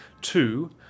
two